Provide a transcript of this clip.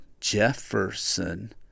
Jefferson